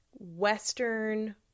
western